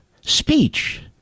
speech